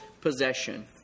possession